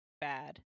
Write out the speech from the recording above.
bad